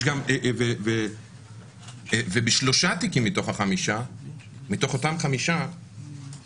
ובשלושה תיקים מתוך אותם חמישה